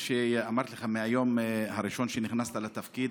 כמו שאמרתי לך מהיום הראשון שנכנסת לתפקיד,